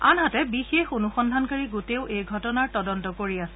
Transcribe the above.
আনহাতে বিশেষ অনুসন্ধানকাৰী গোটেও এই ঘটনাৰ তদন্ত কৰি আছে